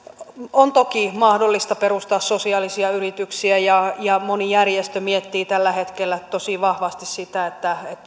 on toki mahdollista perustaa sosiaalisia yrityksiä ja ja moni järjestö miettii tällä hetkellä tosi vahvasti sitä